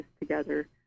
together